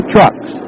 Trucks